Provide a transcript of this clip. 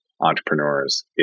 entrepreneurs